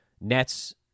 Nets